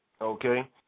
Okay